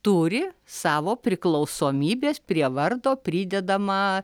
turi savo priklausomybės prie vardo pridedamą